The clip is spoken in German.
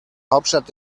hauptstadt